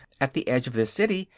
at the edge of this city.